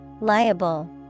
Liable